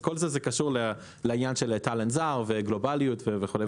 כל זה קשור לעניין של טאלנט זר וגלובליות וכו'.